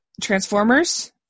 transformers